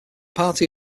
party